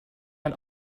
man